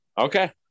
Okay